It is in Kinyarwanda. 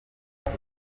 miss